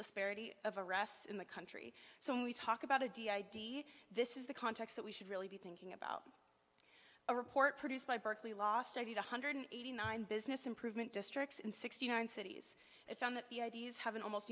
disparity of arrests in the country so when we talk about a d id this is the context that we should really be thinking about a report produced by berkeley last i did one hundred eighty nine business improvement district in sixty nine cities and found that the ids have an almost